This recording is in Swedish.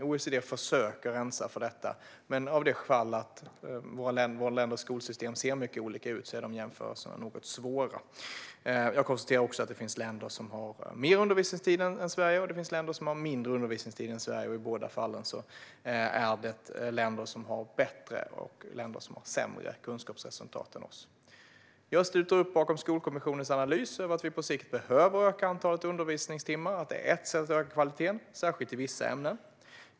OECD försöker rensa för detta, men då våra länders skolsystem ser mycket olika ut är dessa jämförelser svåra. Jag konstaterar att det finns länder som har mer undervisningstid än Sverige och länder som har mindre undervisningstid än Sverige. I båda fallen är det länder som har bättre och länder som har sämre kunskapsresultat än vi. Jag sluter upp bakom Skolkommissionens analys att vi på sikt behöver öka antalet undervisningstimmar och att detta är ett sätt att öka kvaliteten, särskilt i vissa ämnen.